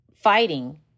fighting